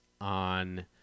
on